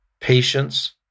patience